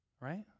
Right